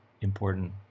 important